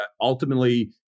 ultimately